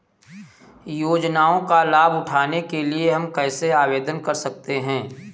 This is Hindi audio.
योजनाओं का लाभ उठाने के लिए हम कैसे आवेदन कर सकते हैं?